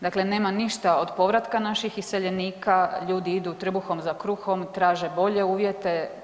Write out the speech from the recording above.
Dakle, nema ništa od povratka naših iseljenika, ljudi idu trbuhom za kruhom, traže bolje uvjete.